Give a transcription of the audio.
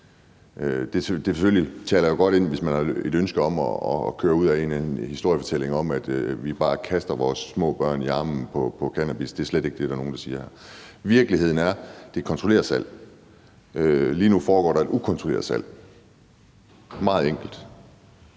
godt ind i det, hvis man har et ønske om at køre ud ad en eller anden historiefortælling om, at vi bare kaster vores små børn i armene på cannabis. Det er slet ikke det, der er nogen der siger. Virkeligheden er, at det er et kontrolleret salg. Lige nu foregår der et ukontrolleret salg. Det er meget enkelt.